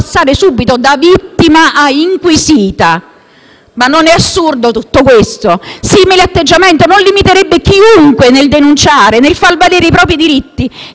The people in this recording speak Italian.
ma non è assurdo tutto questo? Un simile atteggiamento non limiterebbe chiunque nel denunciare, nel far valere i propri diritti, nel chiedere ragione di essere difesa e aiutata?